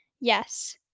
Yes